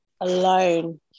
alone